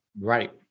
Right